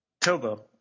Tobo